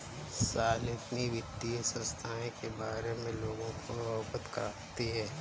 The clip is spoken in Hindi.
शालिनी वित्तीय संस्थाएं के बारे में लोगों को अवगत करती है